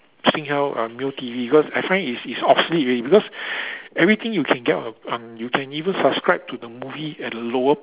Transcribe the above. Singtel uh Mio T_V because I find it's it's obsolete already because everything you can get on on you can even subscribe to the movie at a lower